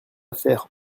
affaire